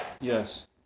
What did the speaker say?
Yes